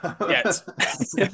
Yes